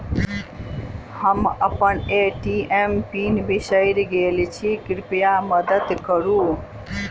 हम अप्पन ATM PIN बिसरि गेल छी कृपया मददि करू